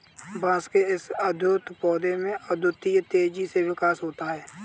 बांस के इस अद्भुत पौधे में अद्वितीय तेजी से विकास होता है